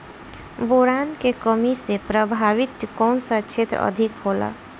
Boron के कमी से प्रभावित कौन सा क्षेत्र अधिक होला?